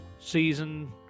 Season